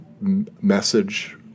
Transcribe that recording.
message